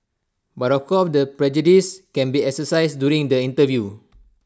but of course the prejudice can be exercised during the interview